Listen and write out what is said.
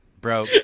bro